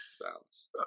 Balance